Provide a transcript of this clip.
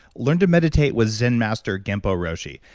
learn to meditate with zen master genpo roshi.